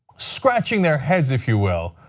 scratching their heads, if you will,